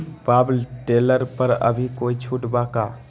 Power tiller पर अभी कोई छुट बा का?